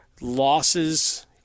losses